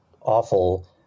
awful